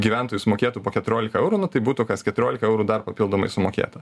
gyventojų sumokėtų po keturiolika eurų nu tai būtų kas keturiolika eurų dar papildomai sumokėta